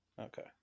Okay